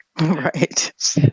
Right